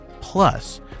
Plus